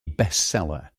bestseller